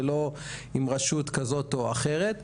ולא עם רשות כזו או אחרת,